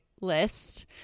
list